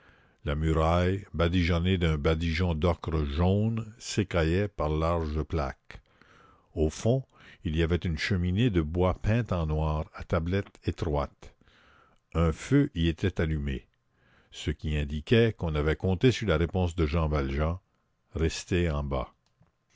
la muraille badigeonnée d'un badigeon d'ocre jaune s'écaillait par larges plaques au fond il y avait une cheminée de bois peinte en noir à tablette étroite un feu y était allumé ce qui indiquait qu'on avait compté sur la réponse de jean valjean rester en bas